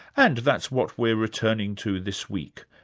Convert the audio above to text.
and that's what we're returning to this week,